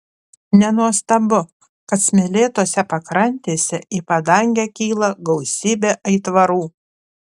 nenuostabu kad smėlėtose pakrantėse į padangę kyla gausybė aitvarų